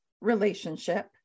relationship